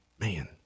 Man